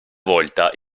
volta